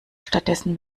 stattdessen